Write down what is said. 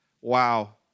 wow